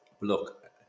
look